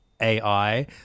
AI